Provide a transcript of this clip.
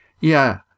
Yeah